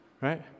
right